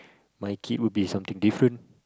my kid would be something different